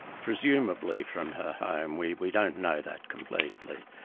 presumably from her home, we we don't know that completely.